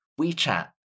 WeChat